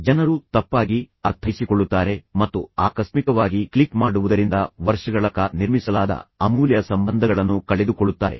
ಜನರು ತಪ್ಪಾಗಿ ಅರ್ಥೈಸಿಕೊಳ್ಳುತ್ತಾರೆ ಮತ್ತು ಆಕಸ್ಮಿಕವಾಗಿ ಕ್ಲಿಕ್ ಮಾಡುವುದರಿಂದ ವರ್ಷಗಳ ಕಾಲ ನಿರ್ಮಿಸಲಾದ ಅಮೂಲ್ಯ ಸಂಬಂಧಗಳನ್ನು ಕಳೆದುಕೊಳ್ಳುತ್ತಾರೆ